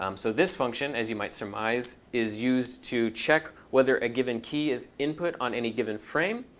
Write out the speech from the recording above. um so this function, as you might surmise, is used to check whether a given key is input on any given frame.